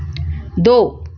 दो